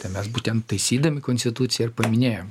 tai mes būtent taisydami konstituciją ir paminėjom